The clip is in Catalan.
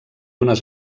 unes